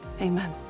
amen